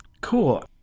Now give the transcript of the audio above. Cool